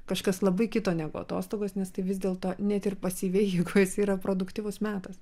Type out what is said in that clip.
kažkas labai kito negu atostogos nes tai vis dėlto net ir pasyviai jeigu jis yra produktyvus metas